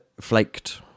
Flaked